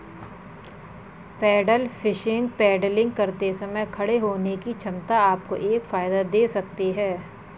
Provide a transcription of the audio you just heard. pedal fishing paddling करते समय खड़े होने की क्षमता आपको एक फायदा दे सकती है